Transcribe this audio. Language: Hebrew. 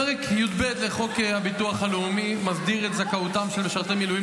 פרק י"ב לחוק הביטוח הלאומי מסדיר את זכאותם של משרתי מילואים